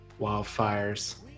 wildfires